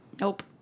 Nope